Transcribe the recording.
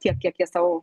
tiek kiek jie sau